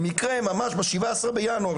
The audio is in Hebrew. במקרה ממש ב-17 בינואר,